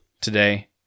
today